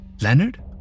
Leonard